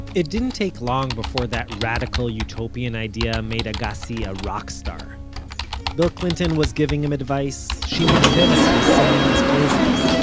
it didn't take long before that radical, utopian idea made agassi a rock star bill clinton was giving him advice, shimon peres was singing his praises,